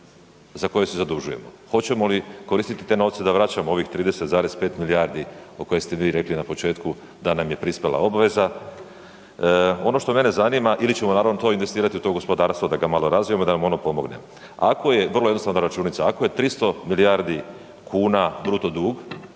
za koje se zadužujemo, hoćemo li koristiti te novce da vraćamo ovih 30,5 milijardi o kojim ste vi rekli na početku da nam je prispjela obveza. Ono što mene zanima, ili ćemo naravno to investirati u to gospodarstvo da ga malo razvijemo, da mu ono pomogne. Ako je, vrlo jednostavna računica, ako je 300 milijardi kuna bruto dug,